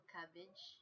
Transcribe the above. Cabbage